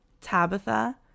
Tabitha